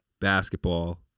basketball